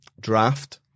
draft